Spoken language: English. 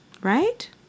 Right